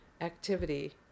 activity